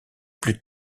plus